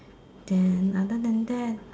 then other than that